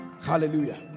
Hallelujah